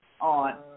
on